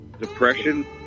depression